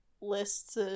lists